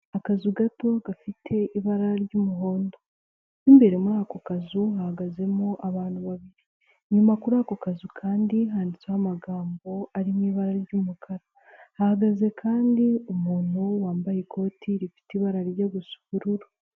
Akazu gato gafite ibara ry'umuhondo w'imbere muri ako kazu hahagazemo abantu babiri inyuma kuri ako kazu kandi handitsweho amagambo arimo ibara ry'umukara ahagaze kandi umuntu wambaye ikoti rifite ibara ryo gu ubururu.